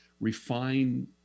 refine